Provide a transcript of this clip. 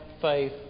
faith